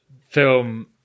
film